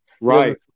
right